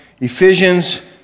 Ephesians